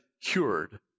cured